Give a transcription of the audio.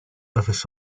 prof